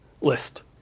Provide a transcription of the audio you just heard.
list